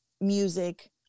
music